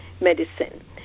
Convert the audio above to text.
medicine